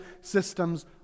systems